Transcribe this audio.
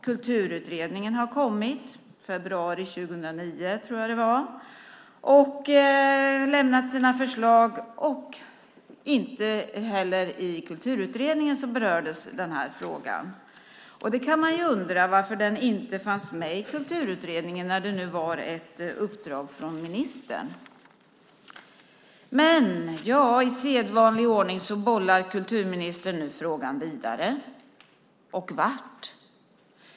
Kulturutredningen har lämnat sina förslag - i februari 2009, tror jag det var - men inte heller i Kulturutredningen berördes den här frågan. Man kan ju undra varför den inte fanns med i Kulturutredningen när det nu var ett uppdrag från ministern. I sedvanlig ordning bollar kulturministern nu frågan vidare, men vart?